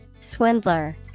Swindler